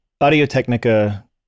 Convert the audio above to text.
Audio-Technica